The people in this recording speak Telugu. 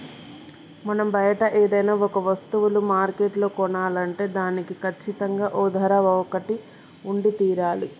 మనం బయట ఏదైనా ఒక వస్తువులు మార్కెట్లో కొనాలంటే దానికి కచ్చితంగా ఓ ధర ఒకటి ఉండి తీరాలి